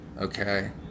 okay